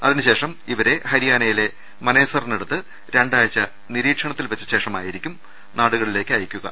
അതിനുശേഷം ഇവരെ ഹരിയാനയിലെ മനേസറി നടുത്ത് രണ്ടാഴ്ച നിരീക്ഷണത്തിൽ വെച്ച ശേഷമായിരിക്കും നാടുകളിലേക്ക് അയയ്ക്കുന്നത്